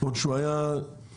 עוד כשהוא היה כמוך,